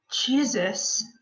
Jesus